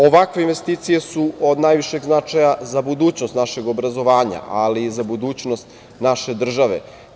Ovakve investicije su od najvišeg značaja za budućnost našeg obrazovanja, ali i za budućnost naše države.